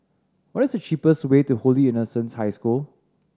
what is the cheapest way to Holy Innocents' High School